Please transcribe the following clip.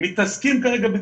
מרדימים את העולם העסקי.